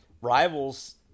rivals –